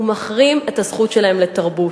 הוא מחרים את הזכות שלהם לתרבות.